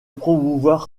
promouvoir